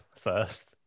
first